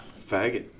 faggot